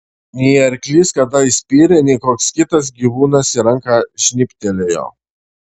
nei arklys kada įspyrė nei koks kitas gyvūnas į ranką žnybtelėjo